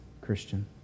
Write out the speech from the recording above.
Christian